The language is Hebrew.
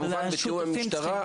כמובן בתיאום עם המשטרה,